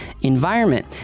environment